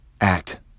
act